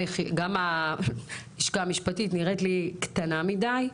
גם הלשכה המשפטית נראית לי קטנה מידי.